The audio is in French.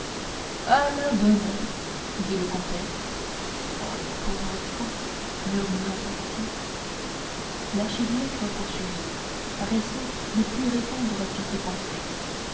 dit le compère oh le pauvre fou murmura coictier l'archidiacre poursuivit paraissant ne plus répondre qu'à ses pensées